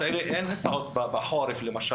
אין הסעות במדבר,